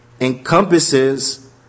Encompasses